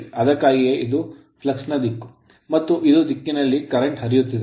ಅದಕ್ಕಾಗಿಯೇ ಇದು flux flux ನ ದಿಕ್ಕು ಮತ್ತು ಇದು ಈ ದಿಕ್ಕಿನಲ್ಲಿ ಕರೆಂಟ್ ನೀಡಲಾಗಿದೆ